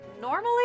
normally